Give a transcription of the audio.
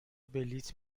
بلیط